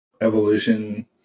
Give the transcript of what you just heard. evolution